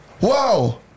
wow